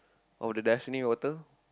oh the Dassni water